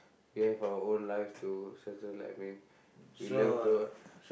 we have our own lives to settle like I mean we love